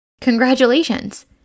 Congratulations